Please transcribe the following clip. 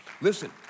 Listen